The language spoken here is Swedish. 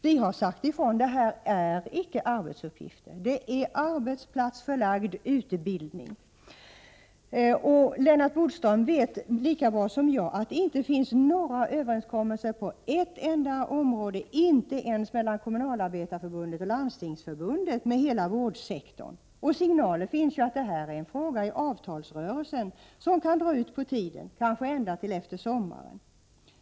Vi har sagt ifrån att det icke är fråga om arbetsuppgifter utan om arbetsplatsförlagd utbildning. Lennart Bodström vet lika väl som jag att det inte finns några överenskommelser på ett enda område, inte ens mellan Kommunalarbetareförbundet och Landstingsförbundet med hela vårdsektorn. Signaler finns ju om att detta är en fråga i avtalsrörelsen, som kan dra ut på tiden, kanske ända till efter sommaren.